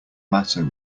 matter